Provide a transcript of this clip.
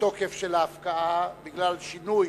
התוקף של ההפקעה בגלל שינוי